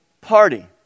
party